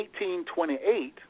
1828